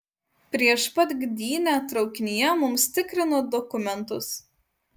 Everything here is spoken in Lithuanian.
prieš pat gdynę traukinyje mums tikrino dokumentus